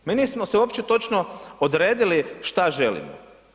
Mi nismo se uopće točno odredili šta želimo.